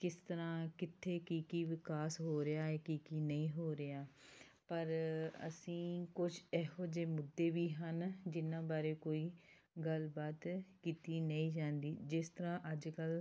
ਕਿਸ ਤਰ੍ਹਾਂ ਕਿੱਥੇ ਕੀ ਕੀ ਵਿਕਾਸ ਹੋ ਰਿਹਾ ਹੈ ਕੀ ਕੀ ਨਹੀਂ ਹੋ ਰਿਹਾ ਪਰ ਅਸੀਂ ਕੁਛ ਇਹੋ ਜਿਹੇ ਮੁੱਦੇ ਵੀ ਹਨ ਜਿਨ੍ਹਾਂ ਬਾਰੇ ਕੋਈ ਗੱਲਬਾਤ ਕੀਤੀ ਨਹੀਂ ਜਾਂਦੀ ਜਿਸ ਤਰ੍ਹਾਂ ਅੱਜ ਕੱਲ੍ਹ